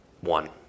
One